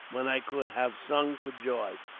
when i could have sung for joy.